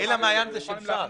'אל המעיין' זה של ש"ס.